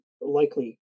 likely